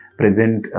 present